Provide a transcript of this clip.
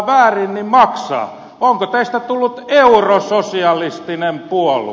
onko teistä tullut eurososialistinen puolue